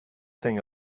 thing